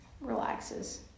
relaxes